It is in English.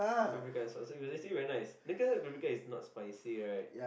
paprika and salt so it was actually very nice look at how paprika is not spicy right